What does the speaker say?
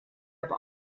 aber